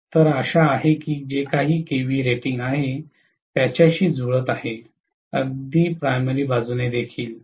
तर आशा आहे की हे जे काही kVA रेटिंग आहे त्याच्याशी जुळत आहे अगदी प्राथमिक बाजूने देखील